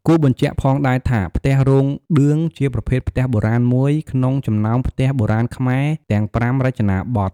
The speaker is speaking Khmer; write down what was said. គួរបញ្ជាក់ផងដែរថា ផ្ទះរោងឌឿង ជាប្រភេទផ្ទះបុរាណមួយក្នុងចំណោមផ្ទះបុរាណខ្មែរទាំង៥រចនាបថ។